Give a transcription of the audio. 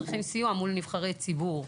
צריכים סיוע מול נבחרי ציבור.